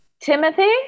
Timothy